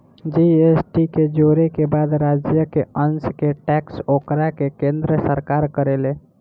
GST के जोड़े के बाद राज्य के अंस के टैक्स ओकरा के केन्द्र सरकार करेले